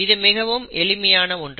இது மிகவும் எளிமையான ஒன்று